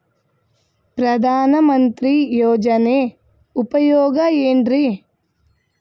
ಪ್ರಧಾನಮಂತ್ರಿ ಯೋಜನೆ ಉಪಯೋಗ ಏನ್ರೀ?